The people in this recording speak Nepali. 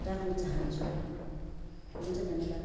राख्नु चाहन्छु हुन्छ धन्यवाद